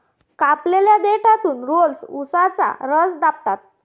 कापलेल्या देठातून रोलर्स उसाचा रस दाबतात